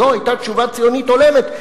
זו היתה תשובה ציונית הולמת.